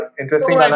interesting